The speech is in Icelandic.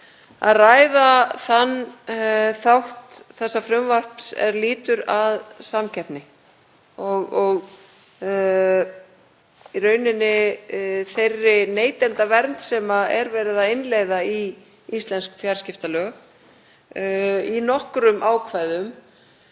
að ræða þann þátt þessa frumvarps er lýtur að samkeppni og í rauninni þeirri neytendavernd sem er verið að innleiða í íslensk fjarskiptalög í nokkrum ákvæðum.